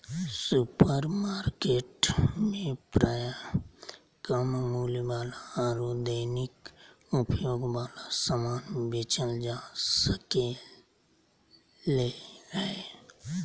supermarket में प्रायः कम मूल्य वाला आरो दैनिक उपयोग वाला समान बेचल जा सक्ले हें